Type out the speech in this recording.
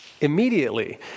Immediately